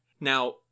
Now